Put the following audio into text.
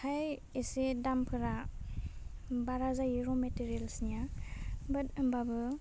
खाइ एसे दामफोरा बारा जायो र' मेटारियेलसनिया बाट होमबाबो